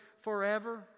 forever